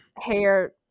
hair